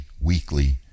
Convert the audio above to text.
weekly